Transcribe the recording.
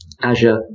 Azure